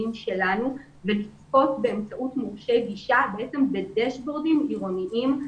שלנו ולצפות באמצעות מורשי גישה בעצם בדש-בורדים עירוניים.